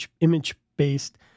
Image-based